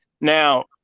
Now